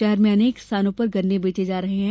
शहर में अनेक स्थानों पर गन्ने बेचे जा रहे हैं